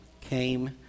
came